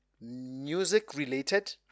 music-related